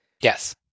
Yes